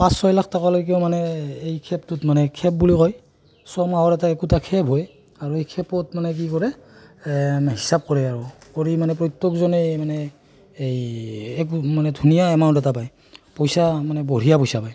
পাঁচ ছয়লাখ টকালৈকেও মানে এই খেপটোত মানে খেপ বুলি কয় ছমাহৰ একোটা খেপ হয় আৰু এই খেপত মানে কি কৰে হিচাপ কৰে আৰু কৰি মানে প্ৰত্যেকজনেই মানে এই মানে ধুনীয়া এমাউণ্ট এটা পায় পইচা মানে বঢ়িয়া পইচা পায়